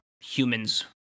humans